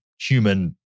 human